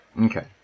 Okay